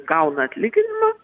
gauna atlyginimą